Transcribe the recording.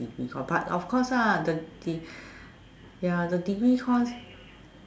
but of course lah the ya the degree course